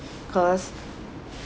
cause